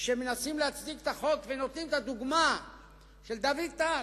שמנסים להצדיק את החוק ונותנים את הדוגמה של דוד טל.